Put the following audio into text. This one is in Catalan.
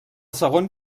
segon